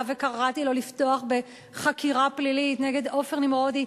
וקראתי לו לפתוח בחקירה פלילית נגד עופר נמרודי,